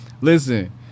Listen